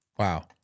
Wow